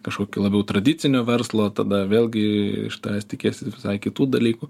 kažkokį labiau tradicinio verslo tada vėlgi iš tavęs tikėsis visai kitų dalykų